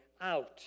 out